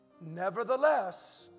Nevertheless